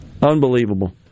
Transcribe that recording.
Unbelievable